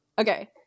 okay